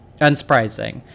Unsurprising